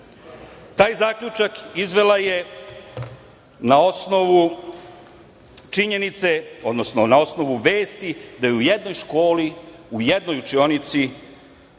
Taj zaključak izvela je na osnovu činjenice, odnosno na osnovu vesti da je u jednoj školi u jednoj učionici